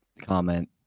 comment